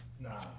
Nah